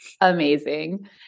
Amazing